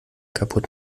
kaputt